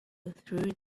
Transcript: threw